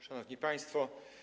Szanowni Państwo!